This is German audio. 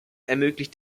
ermöglicht